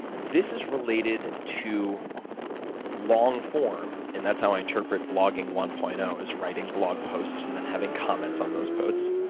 this is related to long form, and that's how i interpret blogging one point zero um is writing blog posts and then having comments on those posts.